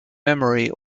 memory